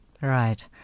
Right